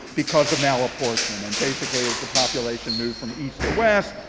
because of malapportionment. basically as the population moved from east to west,